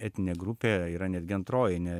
etninė grupė yra netgi antroji ne